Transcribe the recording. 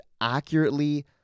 accurately